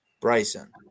Bryson